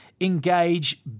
engage